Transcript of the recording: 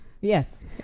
Yes